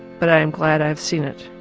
but i am glad i've seen it.